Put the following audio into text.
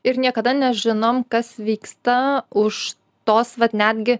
ir niekada nežinom kas vyksta už tos vat netgi